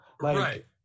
Right